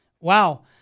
Wow